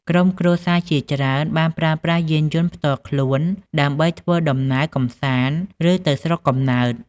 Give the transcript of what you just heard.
ក្រុមគ្រួសារជាច្រើនបានប្រើប្រាស់យានយន្តផ្ទាល់ខ្លួន ដើម្បីធ្វើដំណើរកម្សាន្ត ឬទៅស្រុកកំណើត។